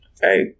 hey